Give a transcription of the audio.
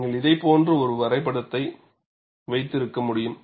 நீங்கள் இதைப் போன்ற ஒரு வரைபடத்தை வைத்திருக்க முடியும்